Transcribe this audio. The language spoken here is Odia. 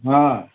ହଁ